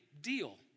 deal